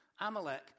Amalek